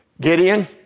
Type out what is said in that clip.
Gideon